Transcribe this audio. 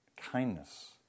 kindness